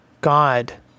God